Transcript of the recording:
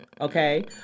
okay